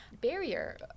barrier